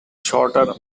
shorter